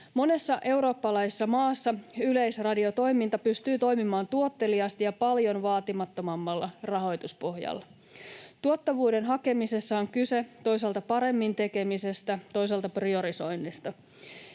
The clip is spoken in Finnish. Monessa eurooppalaisessa maassa yleisradiotoiminta pystyy toimimaan tuotteliaasti ja paljon vaatimattomammalla rahoituspohjalla. Tuottavuuden hakemisessa on kyse toisaalta paremmin tekemisestä, toisaalta priorisoinnista.